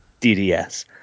DDS